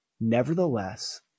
Nevertheless